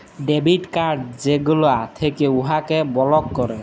debit card যেগলা থ্যাকে উয়াকে বলক ক্যরে